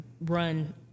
run